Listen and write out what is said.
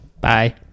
bye